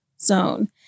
ZONE